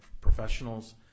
professionals